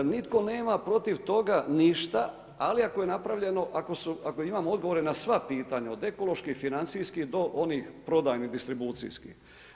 Nitko nema protiv toga ništa ali ako je napravljeno, ako imamo odgovore na sva pitanja od ekoloških, financijskih do onih prodajnih distribucijskih.